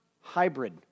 hybrid